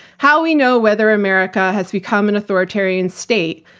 how we know whether america has become an authoritarian state,